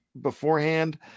beforehand